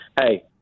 Hey